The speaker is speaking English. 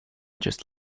just